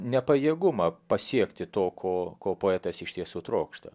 nepajėgumą pasiekti to ko ko poetas iš tiesų trokšta